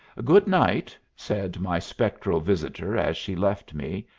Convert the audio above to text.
good night, said my spectral visitor as she left me,